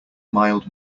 mild